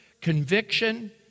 conviction